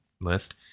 list